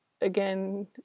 again